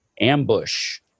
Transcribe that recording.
ambush